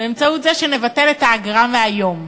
באמצעות זה שנבטל את האגרה מהיום.